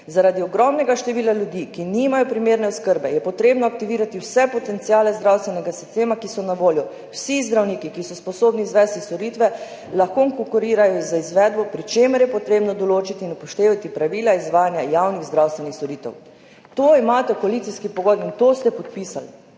Zaradi ogromnega števila ljudi, ki nimajo primerne oskrbe, je potrebno aktivirati vse potenciale zdravstvenega sistema, ki so na voljo. Vsi zdravniki, ki so sposobni izvesti storitve, lahko konkurirajo z izvedbo, pri čemer je potrebno določiti in upoštevati pravila izvajanja javnih zdravstvenih storitev.« To imate v koalicijski pogodbi in to ste podpisali.